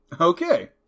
Okay